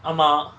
ஆமா:aama